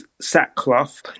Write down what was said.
sackcloth